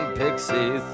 pixie